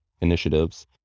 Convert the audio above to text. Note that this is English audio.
initiatives